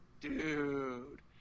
Dude